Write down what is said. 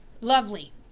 lovely